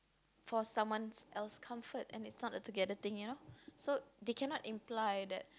for someone else comfort and it's not a together thing you know so they cannot imply that